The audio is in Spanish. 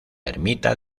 ermita